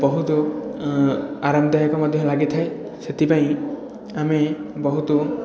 ବହୁତ ଆରାମଦାୟକ ମଧ୍ୟ ଲାଗିଥାଏ ସେଥିପାଇଁ ଆମେ ବହୁତ